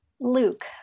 Luke